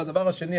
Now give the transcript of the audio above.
והדבר השני,